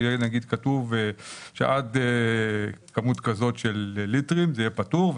ויהיה כתוב שעד כמות מסוימת של ליטרים זה יהיה פטור,